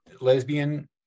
lesbian